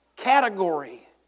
category